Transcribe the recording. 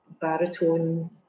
baritone